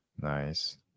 Nice